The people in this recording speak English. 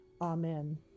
Amen